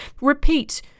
Repeat